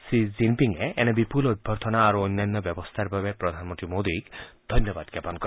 শ্ৰী জিনপিঙে এনে বিপুল অভ্যৰ্থনা আৰু অন্যান্য ব্যৱস্থাৰ বাবে প্ৰধানমন্ত্ৰী মোদীক ধন্যবাদ জ্ঞাপন কৰে